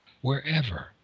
wherever